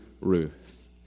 Ruth